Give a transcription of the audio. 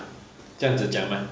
这样子讲吗